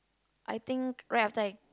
I think right after I